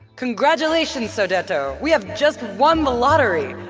congratulations, sodeto. we have just won the lottery!